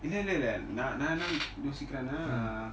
இல்ல இல்ல இல்ல நான் நான் என்ன யோசிக்கிற:illa illa illa naan naan enna yosikirana